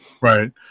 right